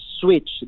switch